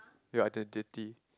your identity